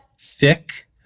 Thick